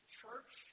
church